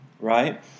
right